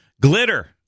Glitter